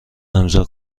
امضاء